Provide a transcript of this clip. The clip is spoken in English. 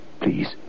Please